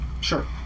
Sure